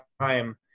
time